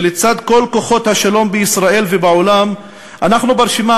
ולצד כל כוחות השלום בישראל ובעולם אנחנו ברשימה